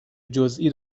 جزئی